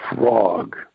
frog